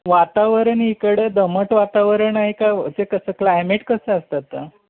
वातावरण इकडं दमट वातावरण आहे का म्हणजे कसं क्लायमेट कसं असतं आत्ता